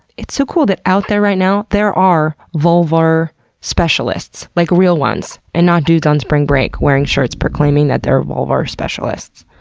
it's so cool that out there right now, there are vulvar specialists. like real ones, and not dudes on spring break wearing shirts proclaiming that they're vulvar specialists.